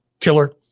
killer